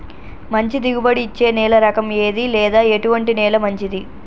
మంచి దిగుబడి ఇచ్చే నేల రకం ఏది లేదా ఎటువంటి నేల మంచిది?